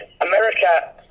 America